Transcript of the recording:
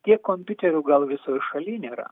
tiek kompiuterių gal visoj šaly nėra